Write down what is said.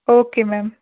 okay ma'am